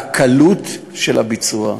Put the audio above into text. והקלות של הביצוע,